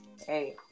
Hey